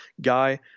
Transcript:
guy